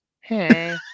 Hey